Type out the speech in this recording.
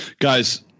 Guys